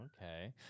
okay